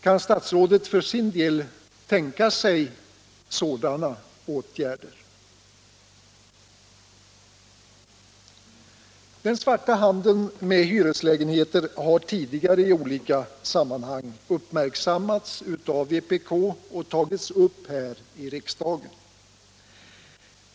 Kan statsrådet för sin del tänka sig sådana åtgärder? Den svarta handeln med hyreslägenheter har tidigare i olika sammanhang uppmärksammats av vpk och tagits upp här i riksdagen.